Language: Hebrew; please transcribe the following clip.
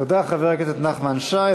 תודה, חבר הכנסת נחמן שי.